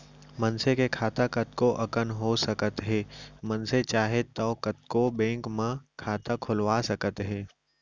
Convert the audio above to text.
मनसे के खाता कतको अकन हो सकत हे मनसे चाहे तौ कतको बेंक म खाता खोलवा सकत हे